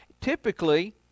Typically